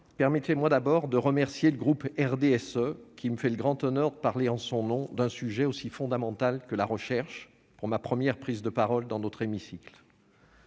mes chers collègues, je remercie le groupe du RDSE, qui me fait le grand honneur de parler en son nom d'un sujet aussi fondamental que la recherche pour ma première prise de parole dans notre hémicycle.